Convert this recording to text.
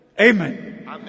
Amen